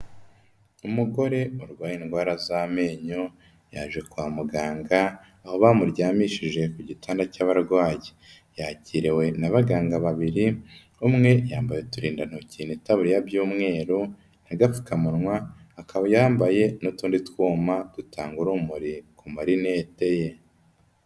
Umugore urwaye indwara z'amenyo, yaje kwa muganga aho bamuryamishije ku gitanda cy'abarwayi, yakiriwe n'abaganga babiri, umwe yambaye uturindantoki n'itabariya by'umweru n'agapfukamunwa, akaba yambaye n'utundi twuma dutanga urumuri ku marinete ye.